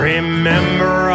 Remember